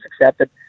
accepted